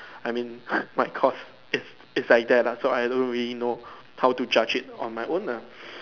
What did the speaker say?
I mean my course it's it's like that lah so I don't really know how to judge it on my own nah